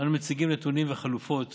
אנו מציגים נתונים וחלופות